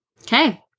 Okay